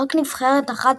רק נבחרת אחת